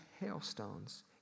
hailstones